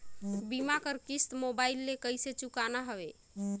बीमा कर किस्त मोबाइल से कइसे चुकाना हवे